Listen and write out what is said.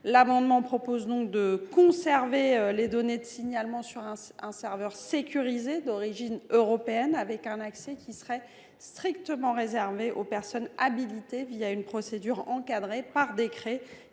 Nous proposons donc de conserver les données de signalement sur un serveur sécurisé d’origine européenne, dont l’accès serait strictement réservé aux personnes habilitées, une procédure encadrée par décret,